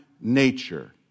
nature